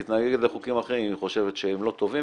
היא מתנגדת לחוקים אחרים אם היא חושבת שהם לא טובים